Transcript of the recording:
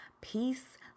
peace